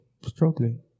struggling